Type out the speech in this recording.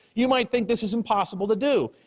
you might think this is impossible to do.